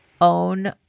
own